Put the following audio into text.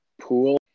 pool –